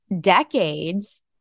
decades